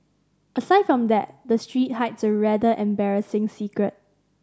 aside from that the street hides a rather embarrassing secret